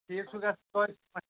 ٹھیٖک چھُ گژھان توتہِ